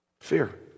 Fear